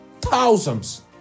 thousands